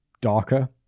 Darker